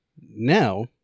now